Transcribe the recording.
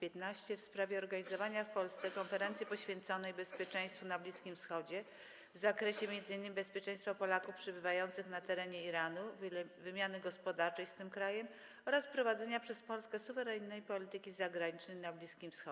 Jest to pytanie w sprawie organizowania w Polsce konferencji poświęconej bezpieczeństwu na Bliskim Wschodzie, w zakresie m.in. bezpieczeństwa Polaków przebywających na terenie Iranu, wymiany gospodarczej z tym krajem oraz prowadzenia przez Polskę suwerennej polityki zagranicznej na Bliskim Wschodzie.